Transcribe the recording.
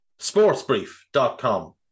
sportsbrief.com